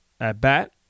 at-bat